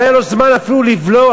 לא היה לו זמן אפילו לבלוע,